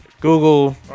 Google